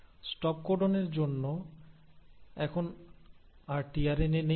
stop কোডনের জন্য এখন আর টিআরএনএ নেই